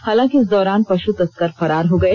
हालांकि इस दौरान पशु तस्कर फरार हो गए